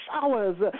showers